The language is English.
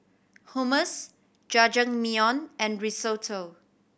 Hummus Jajangmyeon and Risotto